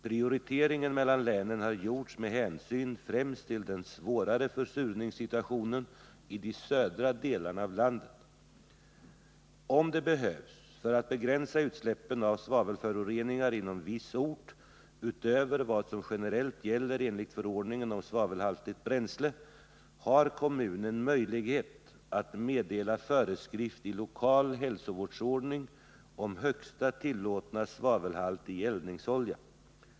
Prioriteringen mellan länen har gjorts med hänsyn främst till den svårare försurningssituationen i de södra delarna av landet. Om det behövs för att begränsa utsläppen av svavelföroreningar inom viss ort utöver vad som generellt gäller enligt förordningen om svavelhaltigt bränsle, har kommunen möjlighet att meddela föreskrift i lokal hälsovårdsordning om högsta tillåtna svavelhalt i eldningsolja.